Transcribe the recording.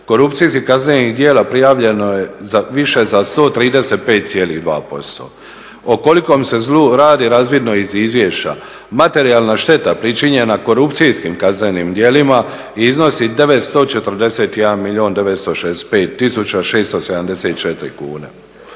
Korupcijskih kaznenih djela prijavljeno je više za 135,2%. O kolikom se zlu radi razvidno je iz izvješća. Materijalna šteta pričinjena korupcijskim kaznenim djelima iznosi 941 milijun